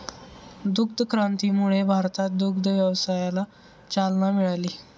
दुग्ध क्रांतीमुळे भारतात दुग्ध व्यवसायाला चालना मिळाली